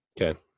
okay